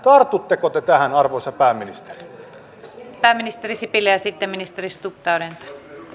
tartutteko te tähän arvoisa pääministeri sipilä sekä ministeri stubb päälle